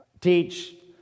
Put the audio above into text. teach